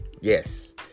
Yes